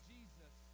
Jesus